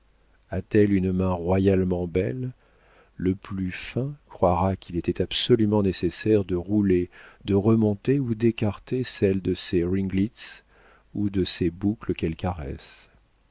a-t-elle une main royalement belle le plus fin croira qu'il était absolument nécessaire de rouler de remonter ou d'écarter celle de ses ringleets ou de ses boucles qu'elle caresse